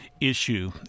issue